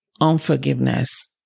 unforgiveness